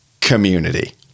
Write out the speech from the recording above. community